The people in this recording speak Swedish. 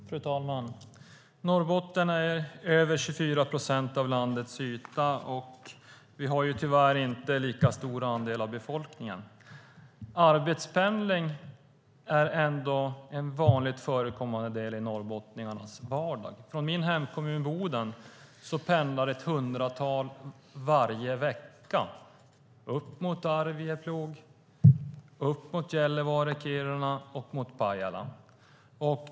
Fru talman! Norrbotten är över 24 procent av landets yta. Vi har tyvärr inte lika stor andel av befolkningen. Arbetspendling är ändå en vanligt förekommande del i norrbottningarnas vardag. I min hemkommun Boden pendlar ett hundratal varje vecka upp mot Arjeplog, Gällivare, Kiruna och Pajala.